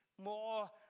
more